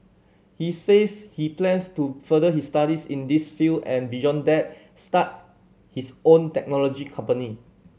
he says he plans to further his studies in this field and beyond that start his own technology company